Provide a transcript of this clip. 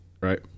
right